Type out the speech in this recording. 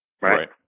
Right